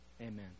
Amen